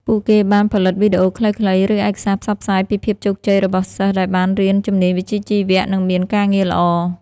ពួកគេបានផលិតវីដេអូខ្លីៗ ឬឯកសារផ្សព្វផ្សាយពីភាពជោគជ័យរបស់សិស្សដែលបានរៀនជំនាញវិជ្ជាជីវៈ និងមានការងារល្អ។